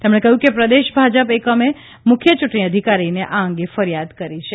તેમણે કહ્યું કે પ્રદેશ ભાજપ એકમે મુખ્ય ચૂંટણી અધિકારીને આ અંગે ફરિયાદ કરી છે